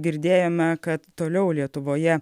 girdėjome kad toliau lietuvoje